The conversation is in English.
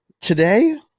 today